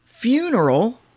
Funeral